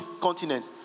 continent